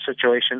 situation